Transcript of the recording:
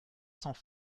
cents